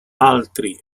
altri